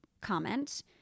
comment